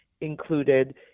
included